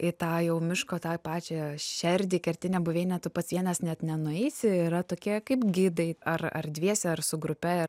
į tą jau miško tą pačią šerdį kertinę buveinę tu pats vienas net nenueisi yra tokie kaip gidai ar ar dviese ar su grupe